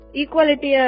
equality